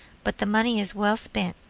but the money is well spent.